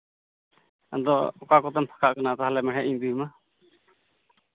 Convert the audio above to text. ᱟᱫᱚ ᱚᱠᱟ ᱠᱚᱛᱮᱢ ᱯᱷᱟᱠᱟᱜ ᱠᱟᱱᱟ ᱛᱟᱦᱚᱞᱮ ᱢᱮᱬᱦᱮᱫ ᱤᱧ ᱤᱫᱤ ᱟᱢᱟ